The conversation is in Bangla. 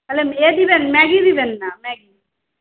তাহলে এ দেবেন ম্যাগি দেবেন না ম্যাগি